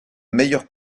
meilleur